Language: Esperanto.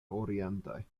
orientaj